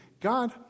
God